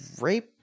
rape